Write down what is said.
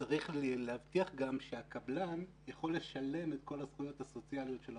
צריך גם להבטיח שהקבלן יכול לשלם את כל הזכויות הסוציאליות של העובדים,